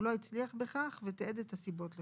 הוא לא הצליח בכך ותיעד את הסיבות לכך.